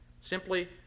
Simply